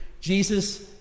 Jesus